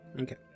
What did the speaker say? Okay